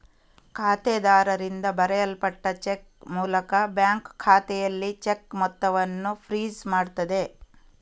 ಖಾತೆದಾರರಿಂದ ಬರೆಯಲ್ಪಟ್ಟ ಚೆಕ್ ಮೂಲಕ ಬ್ಯಾಂಕು ಖಾತೆಯಲ್ಲಿ ಚೆಕ್ ಮೊತ್ತವನ್ನ ಫ್ರೀಜ್ ಮಾಡ್ತದೆ